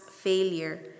failure